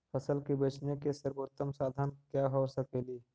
फसल के बेचने के सरबोतम साधन क्या हो सकेली?